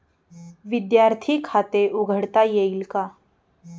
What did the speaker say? विद्यार्थी खाते उघडता येईल का?